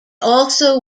also